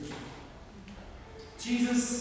Jesus